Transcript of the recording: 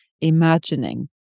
imagining